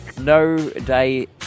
no-day